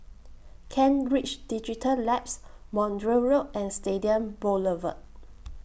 Kent Ridge Digital Labs Montreal Road and Stadium Boulevard